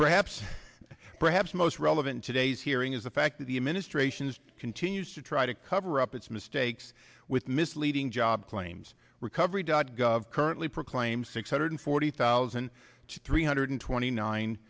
perhaps perhaps most relevant today's hearing is the fact that the administration's continued to try to cover up its mistakes with misleading job claims recovery dot gov currently proclaim six hundred forty thousand to three hundred twenty nine